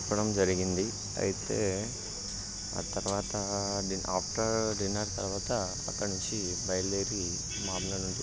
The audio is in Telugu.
చెప్పడం జరిగింది అయితే ఆ తరువాత ఆఫ్టర్ డిన్నర్ తరువాత అక్కడ నుంచి బయలుదేరి మమ్నడా నుండి